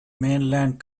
mainland